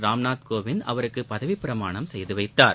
ராம்நாத் கோவிந்த் அவருக்கு பதவிப்பிரமாணம் செய்து வைத்தார்